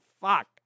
fuck